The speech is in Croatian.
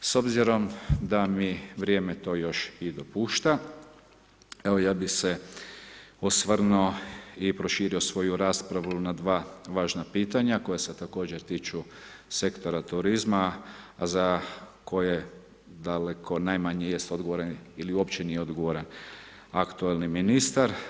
S obzirom da mi vrijeme to još i dopušta, evo, ja bi se osvrnuo i proširio svoju raspravu na dva važna pitanja, koja se također tiču sektora turizma za koje daleko najmanje jest odgovoran ili uopće nije odgovoran aktualni ministar.